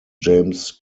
james